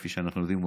כמו שאנחנו יודעים,